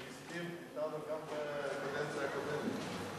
הוא הסכים אתנו גם בקדנציה הקודמת.